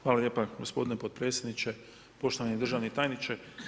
Hvala lijepa gospodine potpredsjedniče, poštovani državni tajniče.